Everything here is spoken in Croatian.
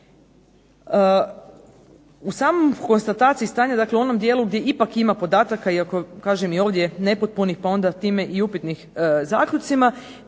U samoj konstataciji stanja, u onom dijelu gdje ipak ima podataka iako kažem i ovdje nepotpunih onda time upitnih zaključcima,